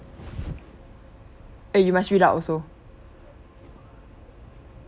eh you must read out also